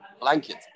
blanket